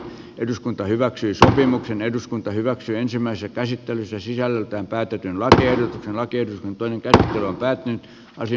eduskunta hyväksyi sopimuksen eduskunta hyväksyi ensimmäisen käsittelyssä sisällöltään käytetyn aseen rakeiden tönköthän on päätynyt vesi